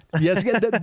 Yes